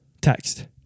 Text